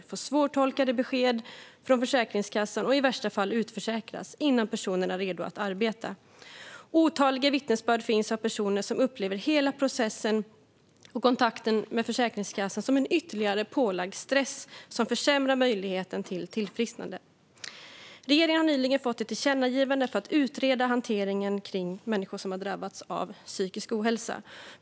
Man får svårtolkade besked från Försäkringskassan och blir i värsta fall utförsäkrad innan man är redo att arbeta. Otaliga vittnesbörd finns från personer som upplever hela processen och kontakten med Försäkringskassan som en ytterligare pålagd stress som försämrar möjligheten till tillfrisknande. Regeringen har nyligen fått ett tillkännagivande om att utreda hanteringen av människor som har drabbats av psykisk ohälsa.